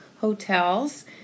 hotels